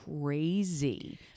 crazy